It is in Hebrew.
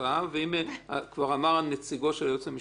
כבר אמר נציג היועץ המשפטי,